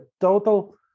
total